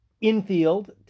infield